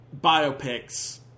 biopics